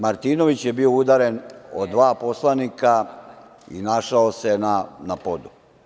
Martinović je bio udaren od dva poslanika i našao se na podu.